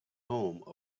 home